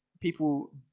people